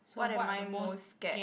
what am I most scared